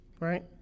Right